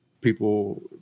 people